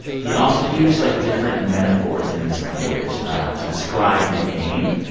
he also used, like, different metaphors in this language to describe the game.